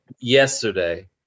yesterday